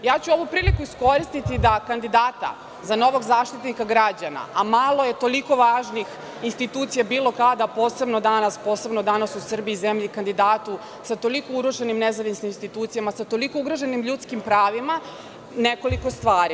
Ovu priliku ću iskoristiti da kandidata za novog Zaštitnika građana, a malo je toliko važnih institucija bilo kada, a posebno danas u Srbiji, zemlji, kandidatu sa toliko urušenim nezavisnim institucijama, sa toliko ugroženim ljudskim pravima, nekoliko stvari.